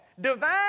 Divine